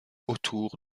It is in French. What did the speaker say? autour